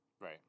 Right